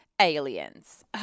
aliens